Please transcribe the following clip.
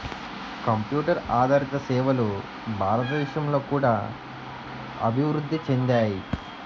computer ఆదారిత సేవలు భారతదేశంలో కూడా అభివృద్ధి చెందాయి